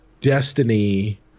Destiny